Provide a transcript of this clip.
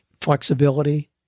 flexibility